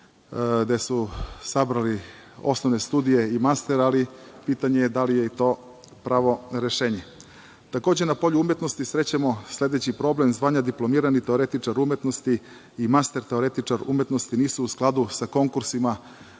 gde su sabrali osnovne studije i master, ali pitanje je da li je i to pravo rešenje. Takođe, na polju umetnosti srećemo sledeći problem, zvanja diplomirani teoretičar umetnosti i master teoretičar umetnosti nisu u skladu sa konkursima